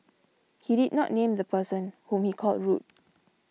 he did not name the person whom he called rude